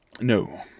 no